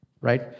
right